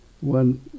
One